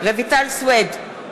רויטל סויד,